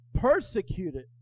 persecuted